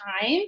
time